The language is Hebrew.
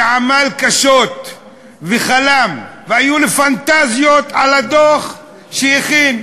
שעמל קשות וחלם, והיו לו פנטזיות על הדוח שהכין.